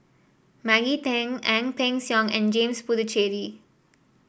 Maggie Teng Ang Peng Siong and James Puthucheary